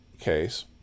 case